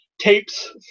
tapes